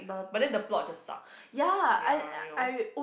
but then the plot just sucks ya you know